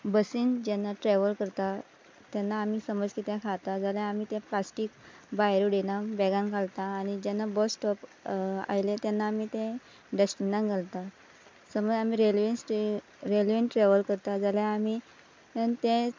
बसीन जेन्ना ट्रेवल करता तेन्ना आमी समज कितें खाता जाल्यार आमी तें प्लास्टीक भायर उडयना बॅगान घालता आनी जेन्ना बस स्टॉप आयलें तेन्ना आमी तें डस्टबिनान घालता समज आमी रेल्वेन रेल्वेन ट्रेवल करता जाल्यार आमी तें